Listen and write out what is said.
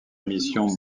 mission